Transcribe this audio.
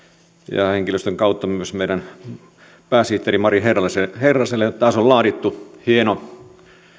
ja henkilöstön kautta myös meidän pääsihteerillemme mari herraselle herraselle taas on laadittu hieno